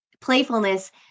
playfulness